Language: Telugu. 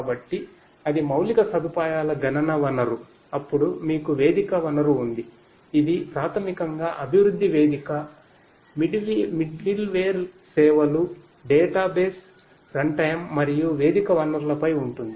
కాబట్టి అది మౌలిక సదుపాయాల గణన వనరు అప్పుడు మీకు వేదిక వనరు ఉంది ఇది ప్రాథమికంగా అభివృద్ధి వేదిక మిడిల్వేర్ సేవలు డేటా బేస్ రన్టైమ్ మరియు వేదిక వనరులపై ఉంటుంది